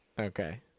Okay